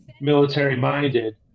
military-minded